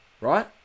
Right